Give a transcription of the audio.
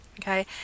okay